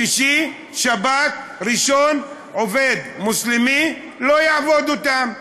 שישי, שבת, ראשון עובד מוסלמי לא יעבוד אותם.